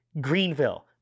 Greenville